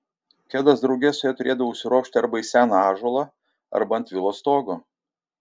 kedas drauge su ja turėdavo užsiropšti arba į seną ąžuolą arba ant vilos stogo